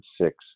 six